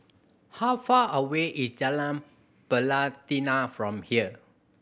how far away is Jalan Pelatina from here